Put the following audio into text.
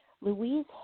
Louise